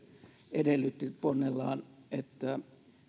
edellytti ponnellaan että